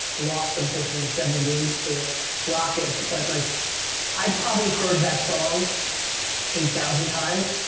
lost unfortunately seven games to the rockets, but like i probably heard that song eight thousand times,